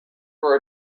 for